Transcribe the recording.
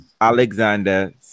Alexander